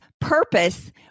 purpose